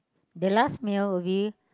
the last meal okay